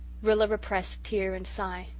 rilla repressed tear and sigh,